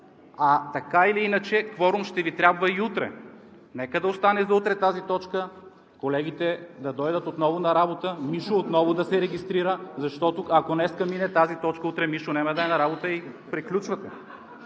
Така или иначе, кворум ще Ви трябва и утре. Нека да остане за утре тази точка. Колегите да дойдат отново на работа. Мишо отново да се регистрира, защото, ако днес мине тази точка, утре Мишо няма да е на работа и приключвате.